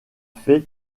fait